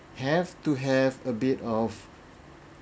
have to have a bit of